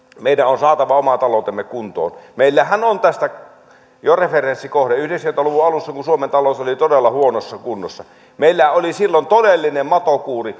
meidän on saatava oma taloutemme kuntoon meillähän on tästä jo referenssikohde silloin yhdeksänkymmentä luvun alussa kun suomen talous oli todella huonossa kunnossa meillä oli todellinen matokuuri